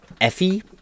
Effie